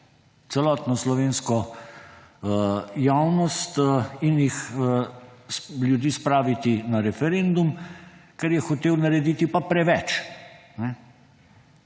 celotno slovensko javnost in ljudi spraviti na referendum, ker je hotel narediti pa preveč.